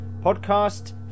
podcast